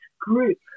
group